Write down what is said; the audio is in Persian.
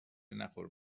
نخور